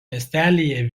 miestelyje